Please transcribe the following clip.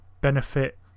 benefit